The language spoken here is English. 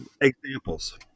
Examples